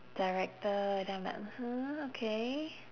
director and then I'm like !huh! okay